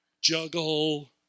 juggle